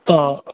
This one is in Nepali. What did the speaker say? अँ